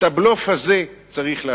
את הבלוף הזה צריך להפסיק.